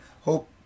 Hope